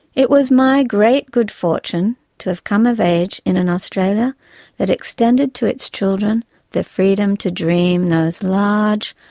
it was my great good fortune to have come of age in an australia that extended to its children the freedom to dream those large,